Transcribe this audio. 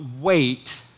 wait